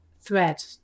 Thread